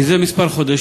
זה כמה חודשים